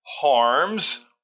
harms